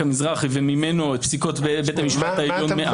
המזרחי וממנו את פסיקות בית המשפט העליון מאז.